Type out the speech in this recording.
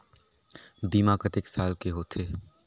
बीमा कतेक साल के होथे?